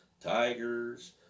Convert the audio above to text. tigers